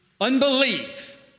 Unbelief